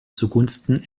zugunsten